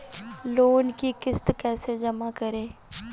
Loan की किश्त कैसे जमा करें?